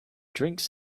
drinks